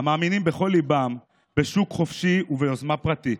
המאמינים בכל ליבם בשוק חופשי וביוזמה פרטית,